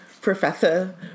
Professor